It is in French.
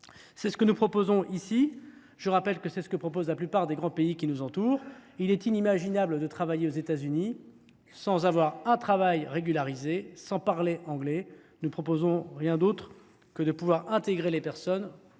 C’est ce que proposent – je le rappelle – la plupart des grands pays qui nous entourent. Il est inimaginable de travailler aux États Unis sans avoir un travail régularisé et sans parler anglais ! Nous ne proposons rien d’autre que de pouvoir intégrer les personnes,